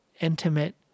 intimate